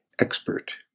expert